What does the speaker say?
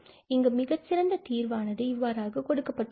இங்கு மிகவும் சிறந்த தீர்வானது இவ்வாறாக கொடுக்கப்பட்டுள்ளது